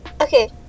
Okay